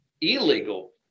Illegal